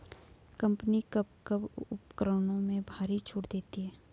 Company कब कब उपकरणों में भारी छूट देती हैं?